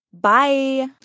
Bye